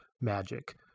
magic